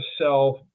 self